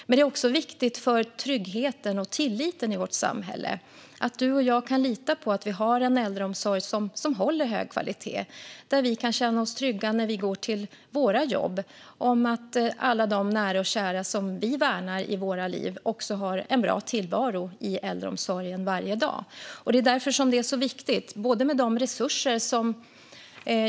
Men det är också viktigt för tryggheten och tilliten i vårt samhälle att du och jag kan lita på att vi har en äldreomsorg som håller hög kvalitet, så att vi kan gå till våra jobb och känna oss trygga med att alla de nära och kära som vi värnar i våra liv har en bra tillvaro i äldreomsorgen varje dag. Det är därför det är så viktigt med resurser till att stärka välfärden.